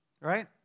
right